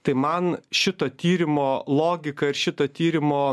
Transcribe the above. tai man šito tyrimo logika ir šito tyrimo